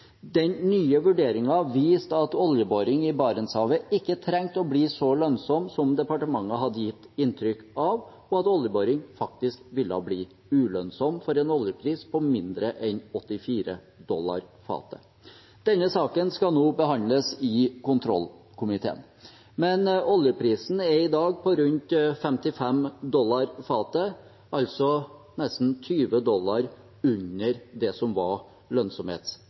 Den nye vurderingen viste at oljeboring i Barentshavet ikke trengte å bli så lønnsomt som departementet hadde gitt inntrykk av, og at oljeboring faktisk ville bli ulønnsomt for en oljepris på mindre enn 84 dollar fatet. Denne saken skal nå behandles i kontrollkomiteen, men oljeprisen er i dag på rundt 55 dollar fatet – altså nesten 20 dollar under det som var